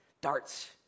Darts